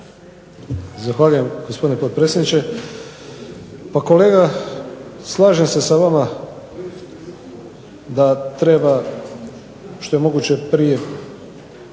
Zahvaljujem gospodine potpredsjedniče. Pa kolega slažem se sa vama da treba što je moguće prije